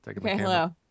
hello